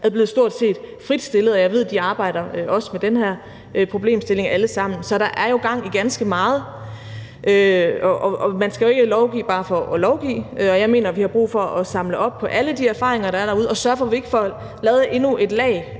er blevet stort set fritstillet, og jeg ved, at de arbejder også med den her problemstilling alle sammen. Så der er jo gang i ganske meget. Man skal jo ikke lovgive bare for at lovgive, og jeg mener, at vi har brug for at samle op på alle de erfaringer, der er derude, og sørge for, at vi ikke får lavet endnu et lag